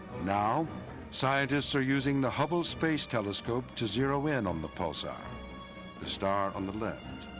now scientists are using the hubble space telescope to zero in on the pulsar the star on the left.